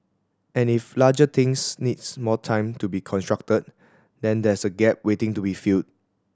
and if larger things needs more time to be constructed then there's a gap waiting to be filled